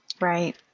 Right